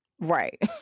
Right